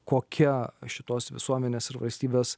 kokia šitos visuomenės ir valstybės